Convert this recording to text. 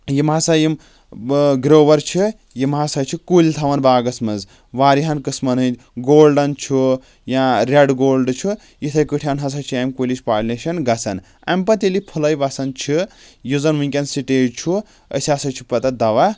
یِم ہسا یِم گروور چھِ یِم ہسا چھِ کُلۍ تھاوان باغَس منٛز واریاہَن قٕسمَن ہٕنٛدۍ گولڈن چھُ یا ریڈ گولڈ چھُ یِتھٕے کٲٹھٮ۪ن ہسا چھِ اَمہِ کُلِچ پالِنیٚشن گژھان اَمہِ پَتہٕ ییٚلہِ یہِ پھُلاے وَسان چھِ یُس زن ؤنٛکین سِٹیج چھُ أسۍ ہسا چھِ پَتہٕ اَتھ دوا